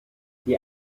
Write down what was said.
die